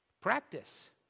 Practice